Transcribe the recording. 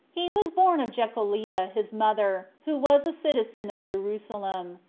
he was born of jecoliah, his mother, who was a citizen of jerusalem.